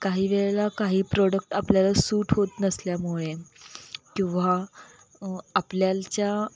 काही वेळेला काही प्रॉडक्ट आपल्याला सूट होत नसल्यामुळे किंवा आपल्याच्या